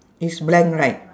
it's blank right